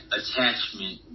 attachment